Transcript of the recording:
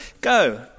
Go